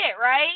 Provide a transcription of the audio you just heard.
right